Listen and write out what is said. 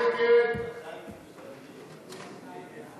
ההסתייגות של חבר